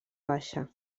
baixa